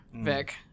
Vic